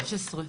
לא.